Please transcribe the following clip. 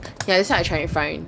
ya that's what I'm trying to find